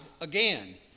again